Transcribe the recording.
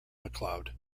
macleod